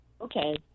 Okay